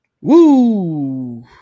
Woo